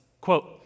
quote